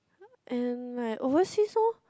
in like overseas loh